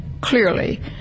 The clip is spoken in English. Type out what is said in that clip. clearly